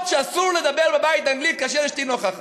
שאסור לדבר בבית אנגלית כאשר אשתי נוכחת.